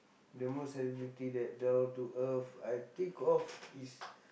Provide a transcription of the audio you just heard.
the most celebrity that down to earth I think of is